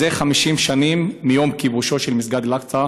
50 שנים מיום כיבושו של מסגד אל-אקצא,